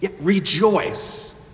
Rejoice